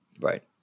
Right